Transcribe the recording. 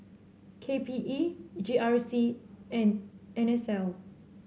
K P E G R C and N S L